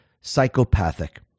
psychopathic